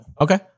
Okay